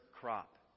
crop